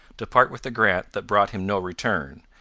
to part with a grant that brought him no return,